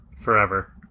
Forever